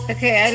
Okay